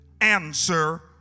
answer